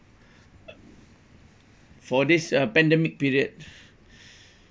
for this uh pandemic period